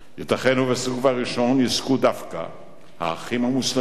ייתכן שבסיבוב הראשון יזכו דווקא "האחים המוסלמים"